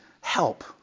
help